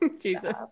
Jesus